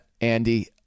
Andy